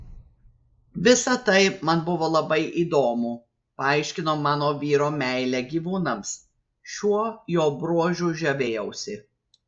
visa tai man buvo labai įdomu paaiškino mano vyro meilę gyvūnams šiuo jo bruožu žavėjausi